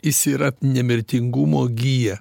jis yra nemirtingumo gija